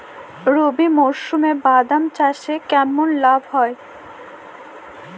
রবি মরশুমে বাদাম চাষে কেমন লাভ হয়?